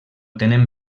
tenen